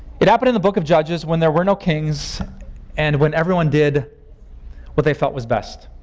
it happened in the book of judges when there were no kings and when everyone did what they felt was best.